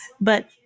but-